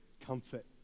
comfort